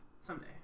Someday